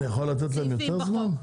אני יכול לתת להם יותר זמן?